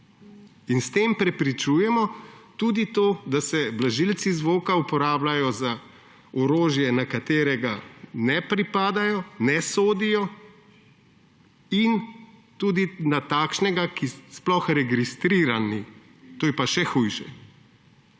S tem preprečujemo tudi to, da se blažilci zvoka uporabljajo za orožje, na katero ne sodijo, in tudi za takšno, ki sploh ni registrirano. To je pa še hujše.